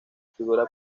figura